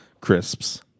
crisps